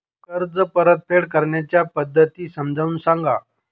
कर्ज परतफेड करण्याच्या पद्धती समजून सांगा